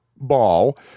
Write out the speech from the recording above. ball